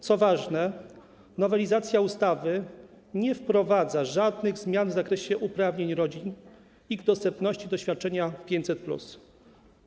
Co ważne, nowelizacja ustawy nie wprowadza żadnych zmian w zakresie uprawnień rodzin, ich dostępu do świadczenia 500+.